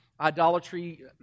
Idolatry